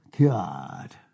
God